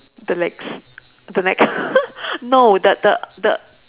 the legs the neck no the the the